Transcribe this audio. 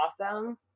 awesome